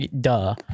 duh